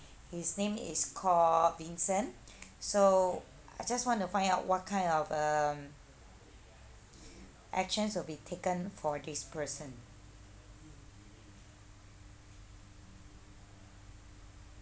his name is called vincent so I just want to find out what kind of um actions will be taken for this person